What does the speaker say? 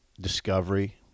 discovery